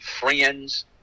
friends